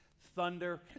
thunder